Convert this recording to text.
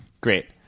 Great